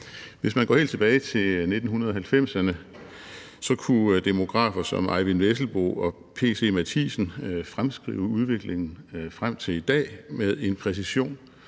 Hvis man går helt tilbage til 1990'erne, kunne demografer som Eyvind Vesselbo og P. C. Matthiessen fremskrive udviklingen frem til i dag med en præcision,